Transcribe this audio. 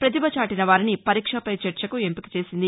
ప్రతిభ చాటిన వారిని పరీక్షా పై చర్చకు ఎంపికచేసింది